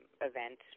event